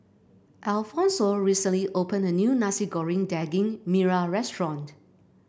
Alphonso recently opened a new Nasi Goreng Daging Merah Restaurant